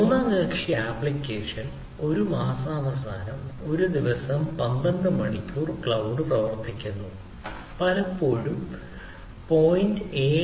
മൂന്നാം കക്ഷി ആപ്ലിക്കേഷൻ ഒരു മാസാവസാനം ഒരു ദിവസം 12 മണിക്കൂർ ക്ലൌഡിൽ പ്രവർത്തിക്കുന്നു പലപ്പോഴും 0